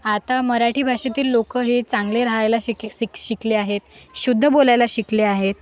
आता मराठी भाषेतील लोक हे चांगले राहायला शिक शिक शिकले आहेत शुद्ध बोलायला शिकले आहेत